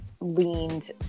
Leaned